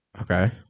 Okay